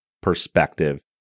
perspective